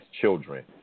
children